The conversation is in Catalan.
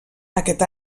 aquest